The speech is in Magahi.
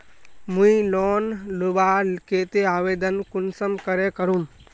मुई लोन लुबार केते आवेदन कुंसम करे करूम?